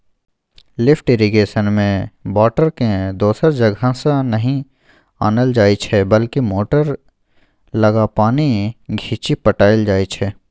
lift इरिगेशनमे बाटरकेँ दोसर जगहसँ नहि आनल जाइ छै बल्कि मोटर लगा पानि घीचि पटाएल जाइ छै